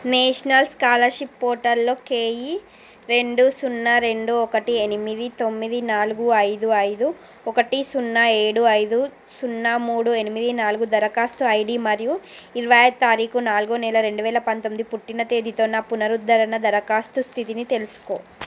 national scholarship పోర్టల్లో K E రెండు సున్నా రెండు ఒకటి ఎనిమిది తొమ్మిది నాలుగు ఐదు ఐదు ఒకటి సున్నా ఏడు ఐదు సున్నా మూడు ఎనిమిది నాలుగు దరఖాస్తు ఐడీ మరియు ఇరవై ఐదు తారికు నాలుగో నెల రెండు వేల పంతొమ్మిది పుట్టిన తేదీతో నా పునరుద్ధరణ దరఖాస్తు స్థితిని తెలుసుకో